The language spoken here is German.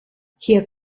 hier